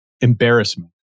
embarrassment